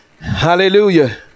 hallelujah